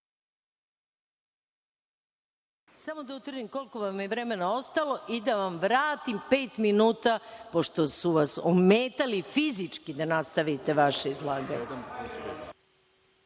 da utvrdim koliko vam je vremena ostalo i da vam vratim pet minuta, pošto su vas ometali fizički da nastavite vaše